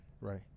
Right